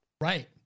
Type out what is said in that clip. right